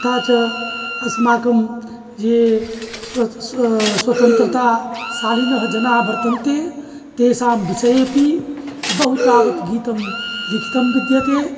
तथा च अस्माकं ये स्व स्व स्वतन्त्रताशालिनः जनाः वर्तन्ते तेषां विषयेऽपि बहु तावत् गीतं लिखितं विद्यते